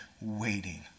waiting